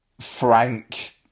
frank